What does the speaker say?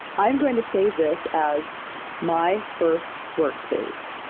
i'm going to save this as my first workspace.